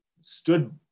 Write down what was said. stood